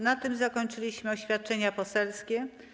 Na tym zakończyliśmy oświadczenia poselskie.